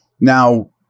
Now